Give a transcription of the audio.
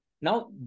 Now